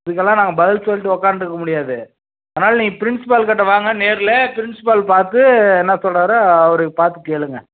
இதுக்கெல்லாம் நாங்கள் பதில் சொல்லிட்டு உக்காந்துருக்க முடியாது அதனால் நீங்கள் பிரின்ஸ்பால் கிட்டே வாங்க நேரில் பிரின்ஸ்பால் பார்த்து என்ன சொல்கிறாரோ அவரு பார்த்து கேளுங்கள்